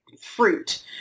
fruit